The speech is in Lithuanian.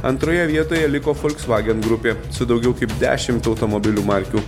antroje vietoje liko folksvagen grupė su daugiau kaip dešimt automobilių markių